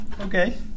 Okay